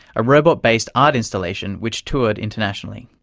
a robot-based art installation which toured internationally.